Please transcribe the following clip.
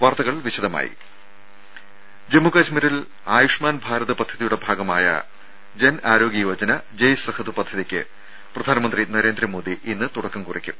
വാർത്തകൾ വിശദമായി ജമ്മുകശ്മീരിൽ ആയുഷ്മാൻ ഭാരത് പദ്ധതിയുടെ ഭാഗമായ ജൻ ആരോഗ്യ യോജന ജെയ് സെഹത് പദ്ധതിക്ക് പ്രധാനമന്ത്രി നരേന്ദ്രമോദി ഇന്ന് തുടക്കം കുറിക്കും